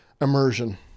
immersion